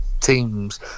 teams